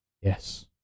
Yes